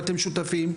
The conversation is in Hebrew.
אתם שותפים.